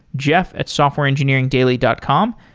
jeff at softwareengineeringdaily dot com.